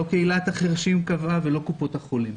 לא קהילת החירשים ולא קופות החולים.